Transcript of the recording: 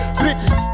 bitches